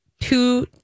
two